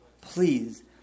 please